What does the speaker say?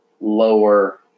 lower